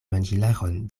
manĝilaron